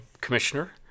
commissioner